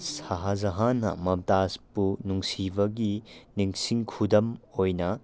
ꯁꯍꯥꯖꯍꯥꯟꯅ ꯃꯝꯇꯥꯖꯄꯨ ꯅꯨꯡꯁꯤꯕꯒꯤ ꯅꯤꯡꯁꯤꯡ ꯈꯨꯗꯝ ꯑꯣꯏꯅ